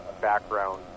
background